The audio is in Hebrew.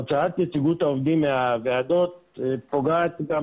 הוצאת נציגות העובדים מהוועדות פוגעת גם